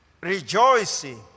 Rejoicing